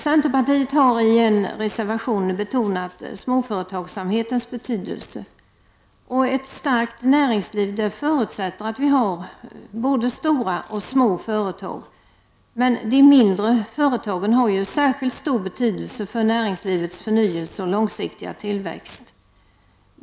Centerpartiet har i en reservation betonat småföretagsamhetens betydelse. Ett starkt näringsliv förutsätter att vi har både stora och små företag, men de mindre företagen har särskilt stor betydelse för näringslivets förnyelse och långsiktiga tillväxt.